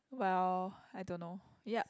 well I don't know ya